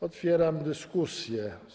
Otwieram dyskusję.